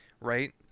right